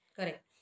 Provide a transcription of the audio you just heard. Correct